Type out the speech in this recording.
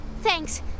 Thanks